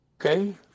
Okay